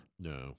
No